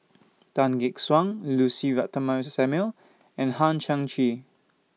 Tan Gek Suan Lucy Ratnammah Samuel and Hang Chang Chieh